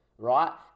Right